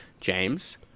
James